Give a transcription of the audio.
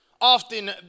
often